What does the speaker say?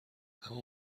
اما